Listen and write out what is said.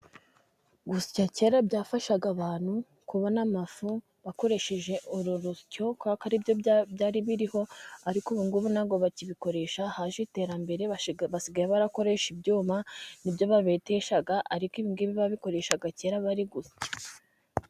Gusya kera byafashaga abantu kubona amafu bakoresheje uru rusyo kubera ko ari byo byari biriho, ariko ubu ngubu ntabwo bakibikoresha, haje iterambere basigaye bakoresha ibyuma ni byo babetesha, ariko ibingibi babikoresha kera bari gusya.